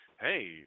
hey